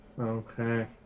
Okay